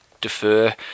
defer